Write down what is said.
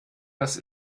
das